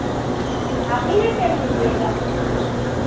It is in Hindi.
आप ही ना टेम दीजिएगा